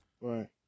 Right